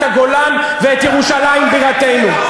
את הגולן ואת ירושלים בירתנו.